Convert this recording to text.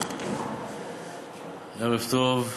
ערב טוב.